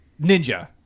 Ninja